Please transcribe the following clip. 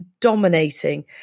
dominating